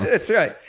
that's right.